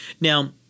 Now